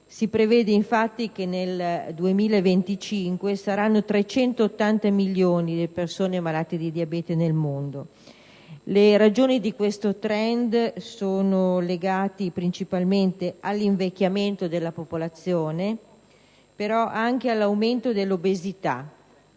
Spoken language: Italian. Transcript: Si prevede infatti che nel 2025 saranno 380 milioni le persone malate di diabete nel mondo. Le ragioni di questo *trend* sono legate principalmente all'invecchiamento della popolazione, però anche all'aumento dell'obesità,